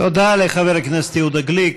תודה לחבר הכנסת יהודה גליק.